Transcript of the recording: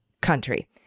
country